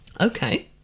Okay